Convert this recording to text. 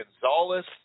Gonzalez